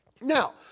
Now